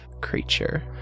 creature